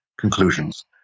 Conclusions